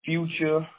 Future